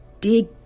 dig